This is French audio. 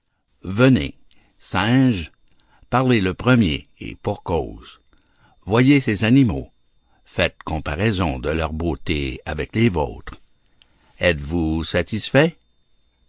venez singe parlez le premier et pour cause voyez ces animaux faites comparaison de leurs beautés avec les vôtres êtes-vous satisfait